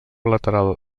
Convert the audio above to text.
lateral